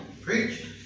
Preach